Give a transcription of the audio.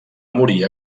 morir